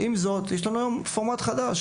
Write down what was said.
עם זאת, יש לנו, היום, פורמט חדש.